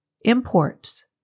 Imports